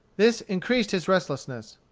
this increased his restlessness.